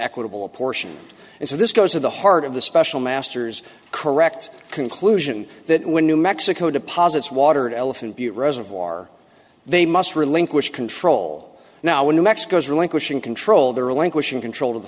equitable portion and so this goes to the heart of the special masters correct conclusion that when new mexico deposits water elephant butte reservoir they must relinquish control now in new mexico's relinquishing control the relinquishing control